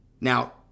Now